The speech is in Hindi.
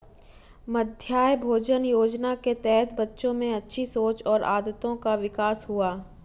मध्याह्न भोजन योजना के तहत बच्चों में अच्छी सोच और आदतों का विकास हुआ